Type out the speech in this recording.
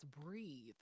breathe